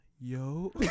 Yo